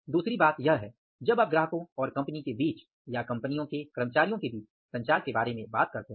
दूसरी बात यह है जब आप ग्राहकों और कंपनी के बीच या कंपनियों के कर्मचारियों के बीच संचार के बारे में बात करते हैं